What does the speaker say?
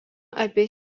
apie